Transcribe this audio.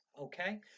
okay